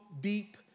deep